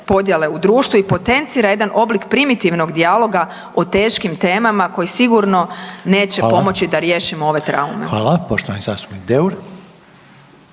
podjele u društvu i potencira jedan oblik primitivnog dijaloga o teškim temama koji sigurno neće pomoći da riješimo ove traume. **Reiner,